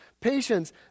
Patience